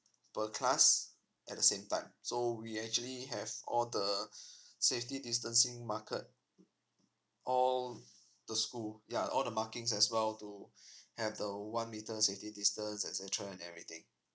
per class at the same time so we actually have all the safety distancing marker all the school ya all the markings as well to have the one meter safety distance etcetera and everything